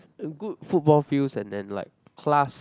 uh good football fields and then like class